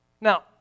Now